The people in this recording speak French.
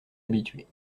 habitués